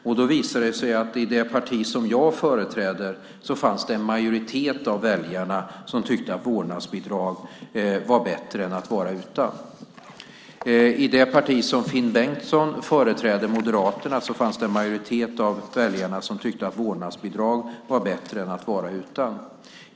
Det visade sig att i det parti som jag företräder fanns det en majoritet av väljarna som tyckte att vårdnadsbidrag var bättre än att vara utan. I det parti som Finn Bengtsson företräder, Moderaterna, fanns en majoritet av väljarna som tyckte att vårdnadsbidrag var bättre än att vara utan.